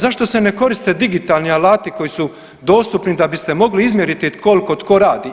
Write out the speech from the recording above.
Zašto se ne koriste digitalni alati koji su dostupni da biste mogli izmjeriti koliko tko radi?